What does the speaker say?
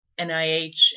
NIH